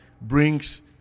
brings